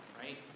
right